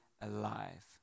alive